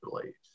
release